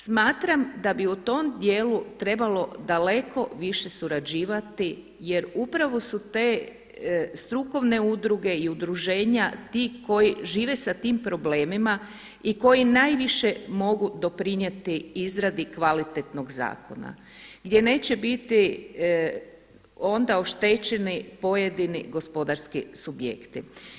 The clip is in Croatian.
Smatram da bi u tom dijelu trebalo daleko više surađivati jer upravo su te strukovne udruge i udruženja ti koji žive sa tim problemima i koji najviše mogu doprinijeti izradi kvalitetnog zakona, gdje neće biti onda oštećeni pojedini gospodarski subjekti.